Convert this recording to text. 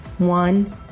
one